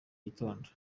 gitondo